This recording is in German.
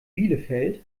bielefeld